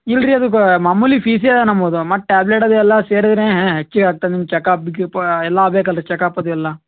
ಇಲ್ರಿ ಅದು ಗಾ ಮಾಮೂಲಿ ಫೀಸೆ ನಮ್ಮದು ಮತ್ತು ಟ್ಯಾಬ್ಲೆಟ್ ಅದು ಎಲ್ಲ ಸೇರಿದ್ರೆ ಹೆಚ್ಚಿಗೆ ಆತ ನಿಮ್ಮ ಚೆಕ್ ಅಪ್ ಗಿಪ ಎಲ್ಲ ಆಬೇಕು ಅಲ್ರಿ ಚೆಕ್ ಅಪ್ ಅದು ಎಲ್ಲ